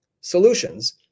solutions